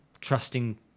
trusting